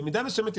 במידה מסוימת,